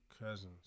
cousins